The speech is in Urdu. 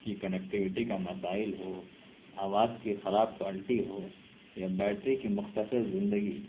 کہ کنیکٹوٹی کا مسائل ہو آواز کی خراب کوالٹی ہو یا بیٹری کی مختصر زندگی